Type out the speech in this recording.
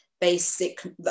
basic